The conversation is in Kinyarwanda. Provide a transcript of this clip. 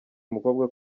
umukobwa